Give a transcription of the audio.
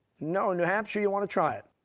no, new hampshire, you want to try it?